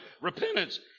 repentance